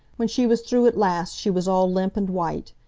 when she was through at last, she was all limp and white.